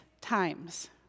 times